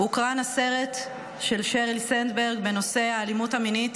הסרט של שריל סנדברג בנושא האלימות המינית